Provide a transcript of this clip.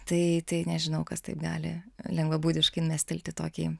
tai tai nežinau kas taip gali lengvabūdiškai mestelti tokį